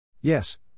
Yes